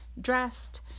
dressed